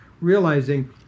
realizing